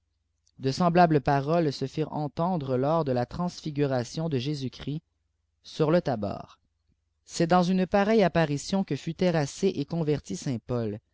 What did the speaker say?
de sem utbli psdm se firent entendre lors de la transfiguration de jésus-christ sur le tabor c'est dans une pareille apparition que fut terrassé et converti